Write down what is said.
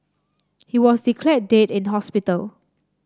he was declared dead in hospital